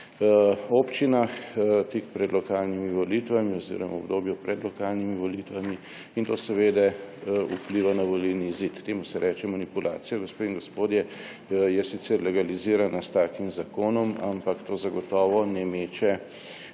občinah tik pred lokalnimi volitvami oziroma v obdobju pred lokalnimi volitvami, in to seveda vpliva na volilni izid. Temu se reče manipulacija, gospe in gospodje. Je sicer legalizirana s takim zakonom, ampak to zagotovo ne meče